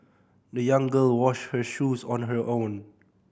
the young girl washed her shoes on her own